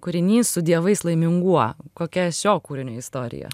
kūrinys su dievais laiminguo kokia šio kūrinio istorija